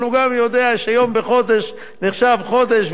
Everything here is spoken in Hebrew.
אבל הוא גם יודע שיום בחודש נחשב חודש,